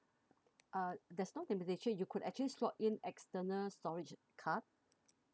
uh there's no limitation you could actually slot in external storage card